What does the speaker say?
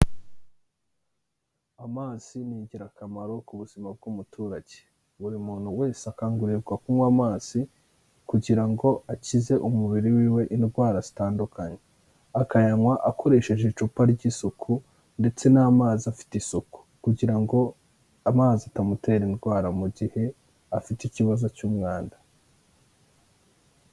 Amazi ni ingirakamaro ku buzima bw'umuturage, buri muntu wese akangurirwa kunywa amazi kugira ngo akize umubiri w'iwe indwara zitandukanye, akayanywa akoresheje icupa ry'isuku ndetse n'amazi afite isuku kugira ngo amazi atamutera indwara mu gihe afite ikibazo cy'umwanda.